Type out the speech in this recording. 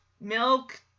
Milk